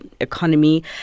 economy